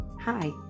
Hi